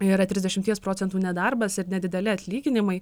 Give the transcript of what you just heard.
yra trisdešimties procentų nedarbas ir nedideli atlyginimai